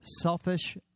selfish